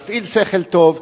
להפעיל שכל טוב.